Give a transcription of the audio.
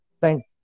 Thank